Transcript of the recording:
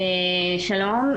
שלום.